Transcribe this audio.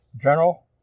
General